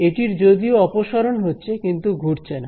এটির যদিও অপসরণ হচ্ছে কিন্তু ঘুরছে না